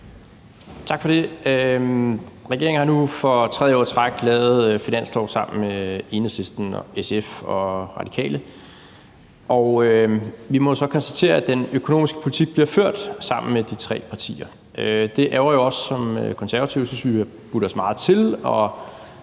Tak for det. Regeringen har nu for tredje år i træk lavet finanslov sammen med Enhedslisten og SF og Radikale Venstre, og vi må så konstatere, at den økonomiske politik bliver ført sammen med de tre partier. Det ærgrer jo os som Konservative, for vi synes, at vi har budt os meget til